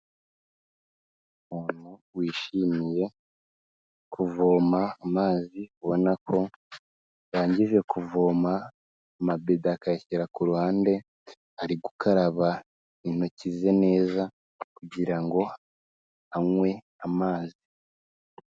Umuntu wishimiye kuvoma amazi, ubona ko arangije kuvoma amabido akayashyira ku ruhande ari gukaraba intokize neza kugira ngo anywe amazi.